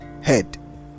head